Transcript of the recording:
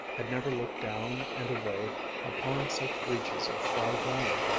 had never looked down and away upon such reaches of far valley,